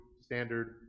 standard